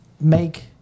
make